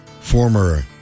former